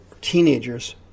teenagers